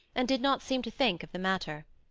and did not seem to think of the matter.